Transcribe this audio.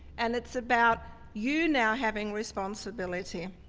and it's about you now having responsibility.